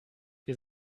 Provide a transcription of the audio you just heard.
wir